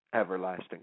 everlasting